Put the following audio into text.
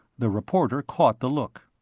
the reporter caught the look.